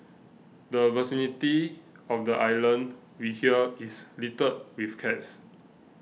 the vicinity of the island we hear is littered with cats